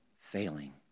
failing